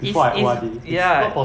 is is ya